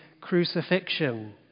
crucifixion